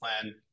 plan